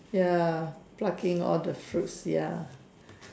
ya pluck in all the fruits ya